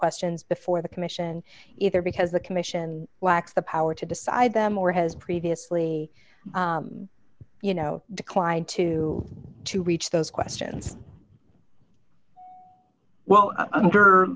questions before the commission either because the commission lacks the power to decide them or has previously you know declined to to reach those questions well under